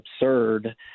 absurd